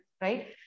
right